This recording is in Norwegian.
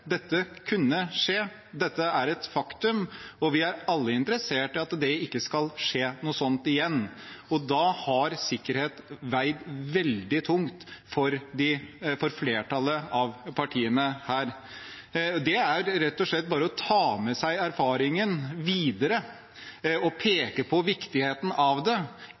Dette kunne skje. Det er et faktum. Vi er alle interessert i at det ikke skal skje noe sånt igjen. Da har sikkerhet veid veldig tungt for flertallet av partiene her. Det er rett og slett bare å ta med seg erfaringen videre. Man peker på viktigheten av